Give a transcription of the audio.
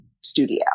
studio